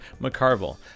McCarville